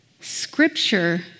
Scripture